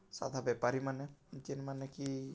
ସାଧା ବେପାରୀ ମାନେ ଯେନ୍ମାନେ କି